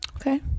Okay